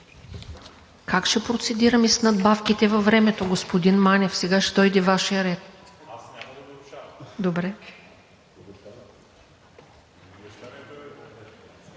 Как ще процедираме с надбавките във времето? Господин Манев, сега ще дойде и Вашият ред?